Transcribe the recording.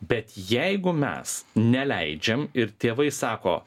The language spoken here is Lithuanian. bet jeigu mes neleidžiam ir tėvai sako